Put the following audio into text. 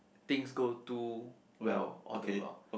things go too well all the while